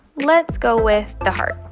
let's go with the heart.